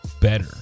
better